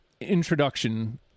introduction